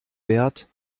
bert